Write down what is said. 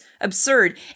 absurd